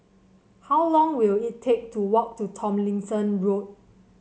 how long will it take to walk to Tomlinson Road